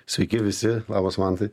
sveiki visi labas mantai